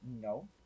No